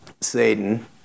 Satan